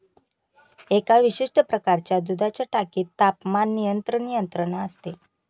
एका विशिष्ट प्रकारच्या दुधाच्या टाकीत तापमान नियंत्रण यंत्रणा असते